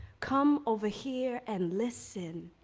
come over here and listen.